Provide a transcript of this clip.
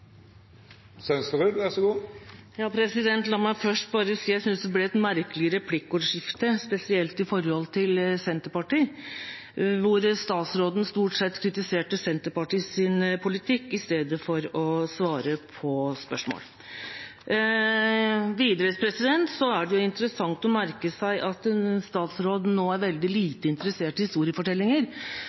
til Senterpartiet, hvor statsråden stort sett kritiserte Senterpartiets politikk i stedet for å svare på spørsmål. Videre er det interessant å merke seg at statsråden nå er veldig lite interessert i historiefortellinger.